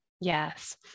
Yes